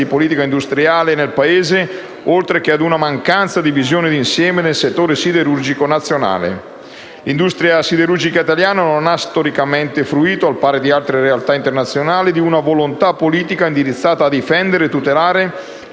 politica industriale nel Paese, oltre che ad una mancanza di visione di insieme nel settore siderurgico nazionale. L'industria siderurgica italiana, al pari di altre realtà internazionali, non ha storicamente fruito di una volontà politica indirizzata a difendere e tutelare